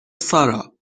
سارا